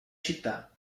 città